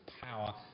power